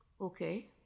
Okay